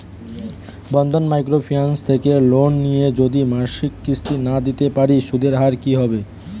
বন্ধন micro finance থেকে loan নিয়ে যদি মাসিক কিস্তি না দিতে পারি সুদের হার কি হবে?